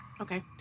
Okay